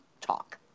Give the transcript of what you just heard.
talk